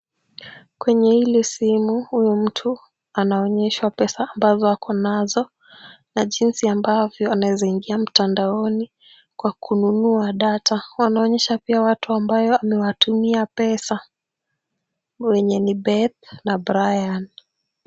Kwenye hili simu, huyu mtu anaonyeshwa pesa ambazo ako nazo na jinsi ambavyo anaweza ingia mtandaoni kwa kununua data. Wanaonyesha pia watu ambyao amewatumia pesa wenye ni Beth na Brian.